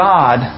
God